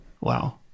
Wow